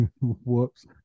Whoops